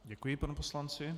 Děkuji panu poslanci.